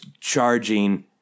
charging